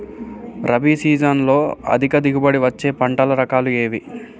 రబీ సీజన్లో అధిక దిగుబడి వచ్చే పంటల రకాలు ఏవి?